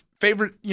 Favorite